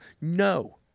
No